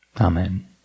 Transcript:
Amen